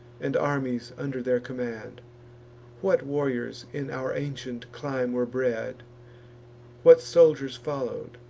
and armies under their command what warriors in our ancient clime were bred what soldiers follow'd,